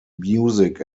music